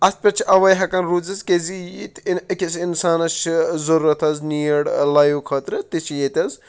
اَتھ پٮ۪ٹھ چھِ اَوَے ہٮ۪کان روٗزِتھ کیازِ یہِ تہِ اِن أکِس اِنسانَس چھِ ضروٗرَت حظ نیٖڈ لایِو خٲطرٕ تہِ چھِ ییٚتہِ حظ